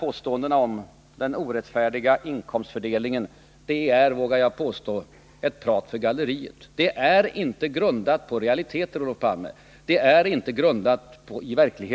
Påståendena om den orättfärdiga inkomstfördelningen är, vågar jag påstå, ett prat för galleriet. De är inte grundade på realiteter, Olof Palme.